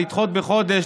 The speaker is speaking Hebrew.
לדחות בחודש,